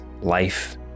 life